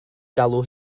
galw